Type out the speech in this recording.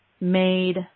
made